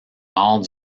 nord